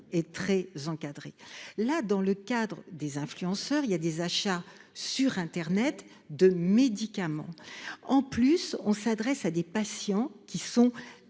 est très encadré là dans le cadre des influenceurs. Il y a des achats sur Internet de médicaments. En plus, on s'adresse à des patients qui sont